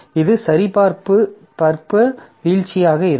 இந்த சரிபார்ப்பு வீழ்ச்சியாக இருக்கும்